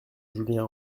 julien